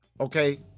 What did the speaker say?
Okay